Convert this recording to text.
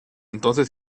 entonces